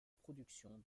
production